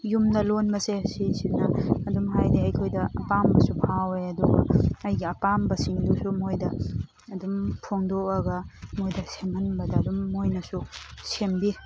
ꯌꯨꯝꯗ ꯂꯣꯟꯅꯁꯦ ꯁꯤꯁꯤꯅ ꯑꯗꯨꯝ ꯍꯥꯏꯗꯤ ꯑꯈꯣꯏꯗ ꯑꯄꯥꯝꯕꯁꯨ ꯐꯥꯎꯋꯦ ꯑꯗꯨꯒ ꯑꯩꯒꯤ ꯑꯄꯥꯝꯕꯁꯤꯡꯗꯨꯁꯨ ꯃꯣꯏꯗ ꯑꯗꯨꯝ ꯐꯣꯡꯗꯣꯛꯑꯒ ꯃꯣꯏꯗ ꯁꯦꯝꯍꯟꯕꯗ ꯑꯗꯨꯝ ꯃꯣꯏꯅꯁꯨ ꯁꯦꯝꯕꯤ